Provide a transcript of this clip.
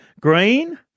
Green